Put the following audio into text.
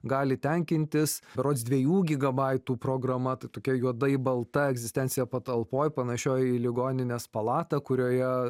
gali tenkintis berods dviejų gigabaitų programa tai tokia juodai balta egzistencija patalpoj panašioj į ligoninės palatą kurioje